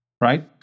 Right